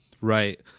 Right